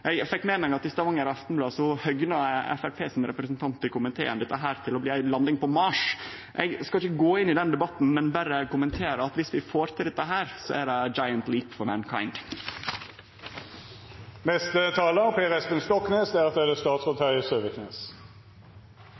Eg fekk med meg at i Stavanger Aftenblad høgna Framstegspartiets representant i komiteen dette til å bli ei landing på Mars. Eg skal ikkje gå inn i den debatten, men berre kommentere at viss vi får til dette, er det «one giant leap for mankind». Jeg ønsker i denne saken å trekke fram det